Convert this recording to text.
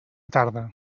tarda